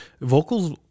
Vocals